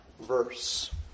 verse